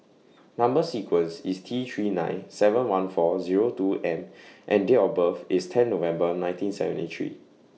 Number sequence IS T three nine seven one four Zero two M and Date of birth IS ten November nineteen seventy three